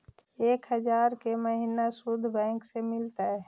एक हजार के महिना शुद्ध बैंक से मिल तय?